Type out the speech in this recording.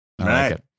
right